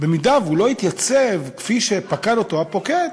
הוא לא התייצב כפי שפקד אותו הפוקד.